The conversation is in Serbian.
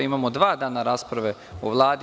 Imamo dva dana rasprave o Vladi.